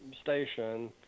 station